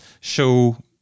show